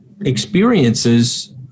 experiences